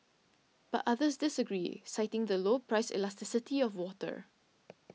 but others disagree citing the low price elasticity of water